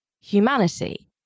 humanity